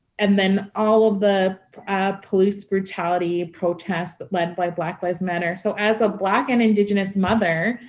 and then all of the police brutality, protests led by black lives matter, so as a black and indigenous mother,